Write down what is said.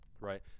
Right